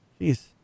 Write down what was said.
Jeez